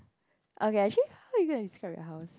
okay actually how you gonna describe your house